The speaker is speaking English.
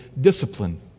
discipline